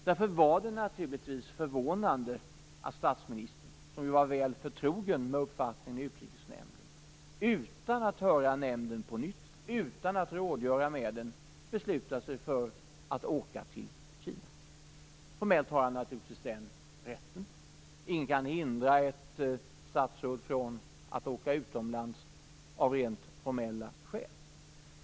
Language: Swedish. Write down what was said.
Därför var det naturligtvis förvånande att statsministern, som ju var väl förtrogen med uppfattningen i Utrikesnämnden, utan att på nytt höra nämnden och utan att rådgöra med den beslutade sig för att åka till Kina. Formellt har han naturligtvis rätt att göra det. Ingen kan av rent formella skäl hindra ett statsråd från att åka utomlands.